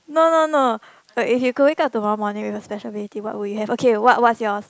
no no no but if you could wake up tomorrow morning with a special ability what would you have okay what what's yours